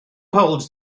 holds